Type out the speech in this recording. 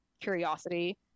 curiosity